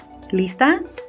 Lista